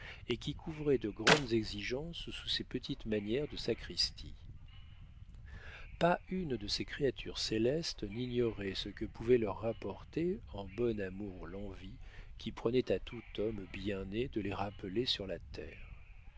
et qui couvraient de grandes exigences sous ces petites manières de sacristie pas une de ces créatures célestes n'ignorait ce que pouvait leur rapporter en bon amour l'envie qui prenait à tout homme bien né de les rappeler sur la terre